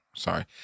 sorry